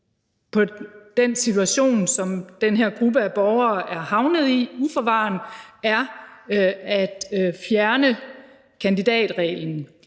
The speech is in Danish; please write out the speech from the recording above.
på den situation, som den her gruppe af borgere uforvarende er havnet i, er at fjerne kandidatreglen.